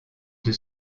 deux